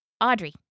Audrey